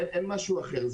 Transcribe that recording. אין משהו אחר.